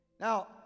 Now